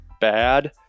bad